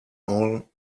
all